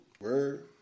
Word